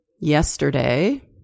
yesterday